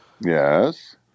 Yes